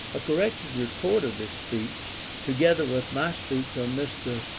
a corrected report of this speech, together with my speech on mr.